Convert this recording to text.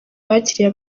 bakiriye